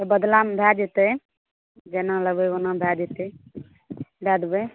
तऽ बदलामे भऽ जेतै जेना लेबै ओना भऽ जेतै दए देबै